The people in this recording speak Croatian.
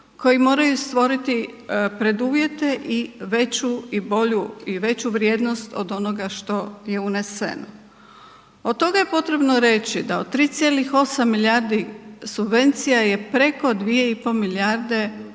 koji moraju stvoriti preduvjete i bolju i veću vrijednost od onoga što je uneseno. Od toga je potrebno reći da od 3,8 milijardi subvencija je preko 2,5 milijarde europskih